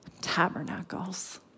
tabernacles